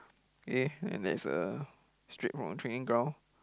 eh and there's a straight from the training ground